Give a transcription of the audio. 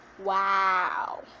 Wow